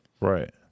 Right